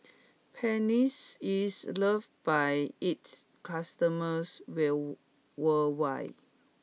Pansy is loved by its customers well worldwide